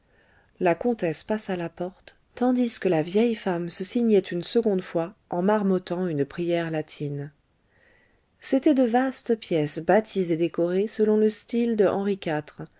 la comtesse passa la porte tandis que la vieille femme se signait une seconde fois en marmottant une prière latine c'étaient de vastes pièces bâties et décorées selon le style de henri